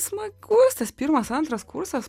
smagus tas pirmas antras kursas